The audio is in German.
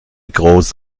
groß